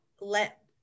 let